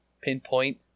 pinpoint